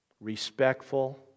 respectful